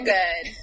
good